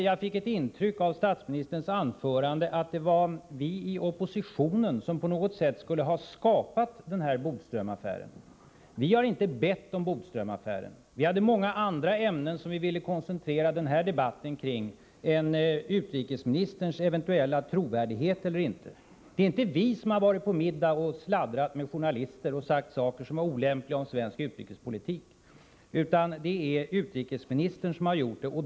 Jag fick ett intryck av statsministerns anförande att det var vi i oppositionen som på något sätt skulle ha skapat den här Bodströmaffären. Vi har inte bett om Bodströmaffären. Vi hade många andra ämnen som vi ville koncentrera debatten kring än utrikesministerns eventuella trovärdighet. Det är inte vi som har varit på middag och sladdrat med journalister och sagt olämpliga saker om svensk utrikespolitik, utan det är utrikesministern.